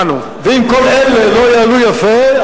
ואם אלה לא יעלו יפה,